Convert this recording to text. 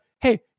hey